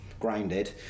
grounded